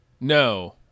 No